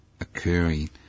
occurring